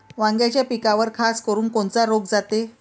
वांग्याच्या पिकावर खासकरुन कोनचा रोग जाते?